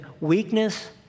weakness